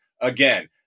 Again